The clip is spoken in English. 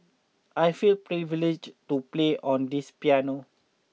I feel privileged to play on this piano